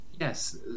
yes